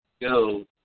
go